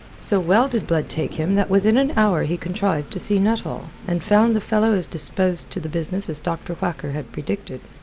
so well did blood take him that within an hour he contrived to see nuttall, and found the fellow as disposed to the business as dr. whacker had predicted.